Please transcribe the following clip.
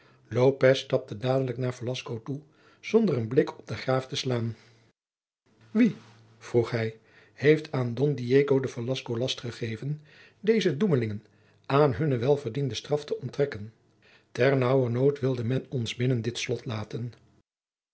stapte dadelijk naar velasco toe zonder een blik op den graaf te slaan wie vroeg hij heeft aan don diego de velasco last gegeven deze doemlingen aan hunne welverdiende straf te onttrekken ter naauwernood wilde men ons binnen dit slot laten